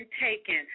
taken